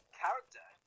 character